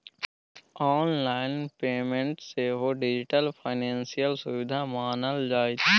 online payment सेहो digital financial सुविधा मानल जेतै